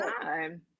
time